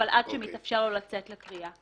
אבל עד שמתאפשר לו לצאת לקריאה.